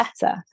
better